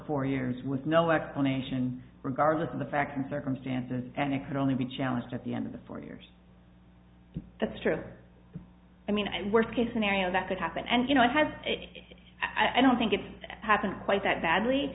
four years with no explanation regardless of the facts and circumstances and it could only be challenged at the end of the four years that's true i mean and worst case scenario that could happen and you know it has i don't think it's happened quite that badly